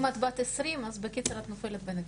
אם את בת 20 אז את נופלת בין הכיסאות.